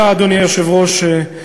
אדוני היושב-ראש, תודה,